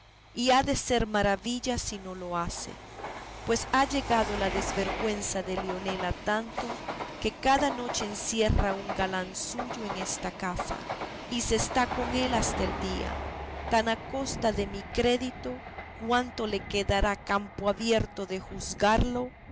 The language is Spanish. ha de ser maravilla si no lo hace pues ha llegado la desvergüenza de leonela a tanto que cada noche encierra a un galán suyo en esta casa y se está con él hasta el día tan a costa de mi crédito cuanto le quedará campo abierto de juzgarlo